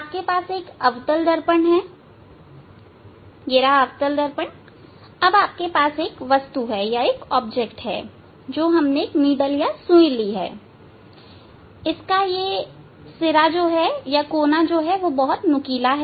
आपके पास एक अवतल दर्पण हैं अब आपके पास एक वस्तु है जो सुई है इसका कोना यहां बहुत नुकीला है